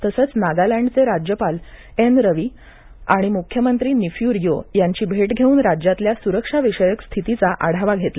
तसंच नागालँडचे राज्यपाल आर एन रवी आणि मुख्यमंत्री निफ्यू रियो यांची भेट घेऊन राज्यातल्या सुरक्षा विषयक स्थितीचा आढावा घेतला